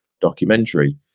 documentary